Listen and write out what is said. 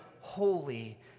holy